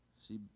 See